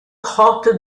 hot